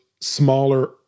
smaller